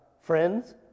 Friends